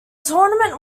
tournament